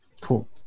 Cool